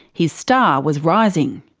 his star was rising.